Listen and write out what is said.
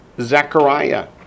Zechariah